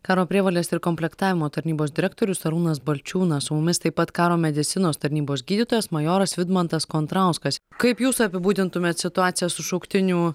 karo prievolės ir komplektavimo tarnybos direktorius arūnas balčiūnas su mumis taip pat karo medicinos tarnybos gydytojas majoras vidmantas kontrauskas kaip jūs apibūdintumėt situaciją su šauktinių